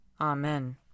Amen